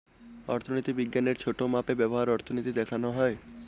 অর্থনীতি বিজ্ঞানের ছোটো মাপে ব্যবহার অর্থনীতি দেখানো হয়